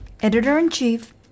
Editor-in-Chief